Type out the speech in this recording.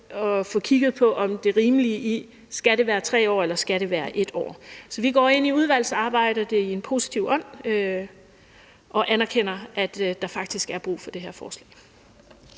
også får kigget på det rimelige i, om det skal være 3 år, eller om det skal være 1 år. Så vi går til udvalgsarbejdet i en positiv ånd og anerkender, at der faktisk er brug for det her forslag.